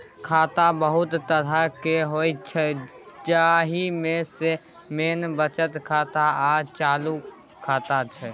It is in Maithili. खाता बहुत तरहक होइ छै जाहि मे सँ मेन बचत खाता आ चालू खाता छै